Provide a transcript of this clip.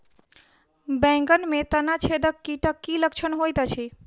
बैंगन मे तना छेदक कीटक की लक्षण होइत अछि?